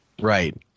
Right